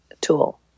tool